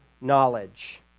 knowledge